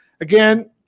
Again